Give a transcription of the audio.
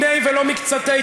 לא מיניה ולא מקצתיה.